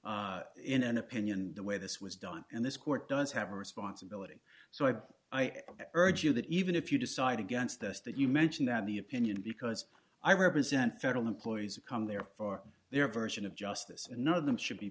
d in an opinion the way this was done and this court does have a responsibility so i urge you that even if you decide against us that you mention that the opinion because i represent federal employees who come there for their version of justice and none of them should